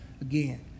again